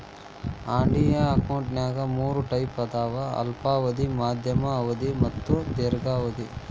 RD ಅಕೌಂಟ್ನ್ಯಾಗ ಮೂರ್ type ಅದಾವ ಅಲ್ಪಾವಧಿ ಮಾಧ್ಯಮ ಅವಧಿ ಮತ್ತ ದೇರ್ಘಾವಧಿ